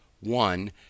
one